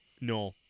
No